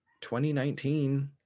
2019